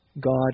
God